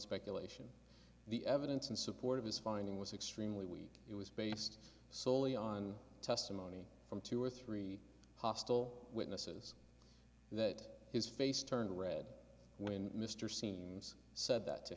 speculation the evidence in support of his finding was extremely weak it was based solely on testimony from two or three hostile witnesses that his face turned red when mr scenes said that to